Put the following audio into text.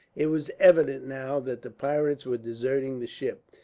it was evident, now, that the pirates were deserting the ship.